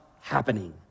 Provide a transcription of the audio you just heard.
happening